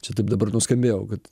čia taip dabar nuskambėjau kad